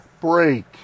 break